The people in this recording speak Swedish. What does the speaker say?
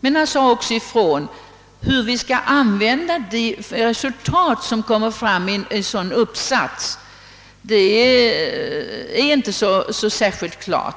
Men han ställde sig samtidigt tveksam till, hur man skall använda det resultat, som kommer fram i en sådan uppsats. Det är inte så särskilt klart.